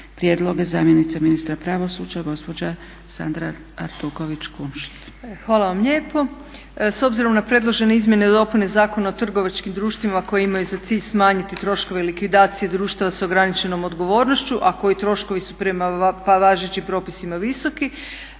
prijedloge zamjenica ministra pravosuđa gospođa Sandra Artuković Kunšt. **Artuković Kunšt, Sandra** Hvala vam lijepo. S obzirom na predložene Izmjene i dopune Zakona o trgovačkim društvima koji imaju za cilj smanjiti troškove likvidacije društava sa ograničenom odgovornošću a koji troškovi su prema važećim propisima visoki